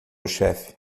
chefe